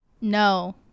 No